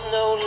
no